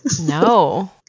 No